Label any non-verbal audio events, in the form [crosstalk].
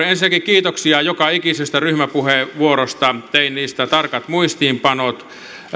[unintelligible] ensinnäkin kiitoksia joka ikisestä ryhmäpuheenvuorosta tein niistä tarkat muistiinpanot